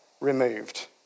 removed